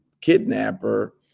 kidnapper